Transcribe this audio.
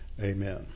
Amen